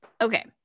Okay